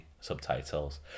subtitles